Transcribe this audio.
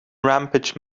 rampage